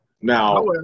Now